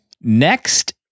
Next